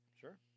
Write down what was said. Sure